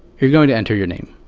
you're going to enter your name.